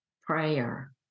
prayer